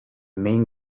main